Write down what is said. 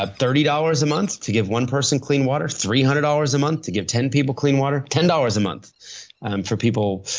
ah thirty dollars a month to give one person clean water. three hundred dollars a month to give ten people clean water. ten dollars a month for people.